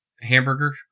hamburger